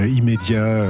immédiat